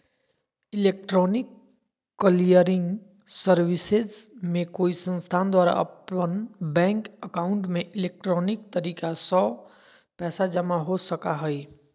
electronic clearing services में कोई संस्थान द्वारा अपन बैंक एकाउंट में इलेक्ट्रॉनिक तरीका स्व पैसा जमा हो सका हइ